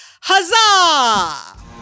Huzzah